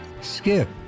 Skip